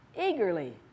Eagerly